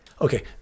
okay